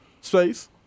space